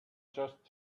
just